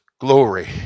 glory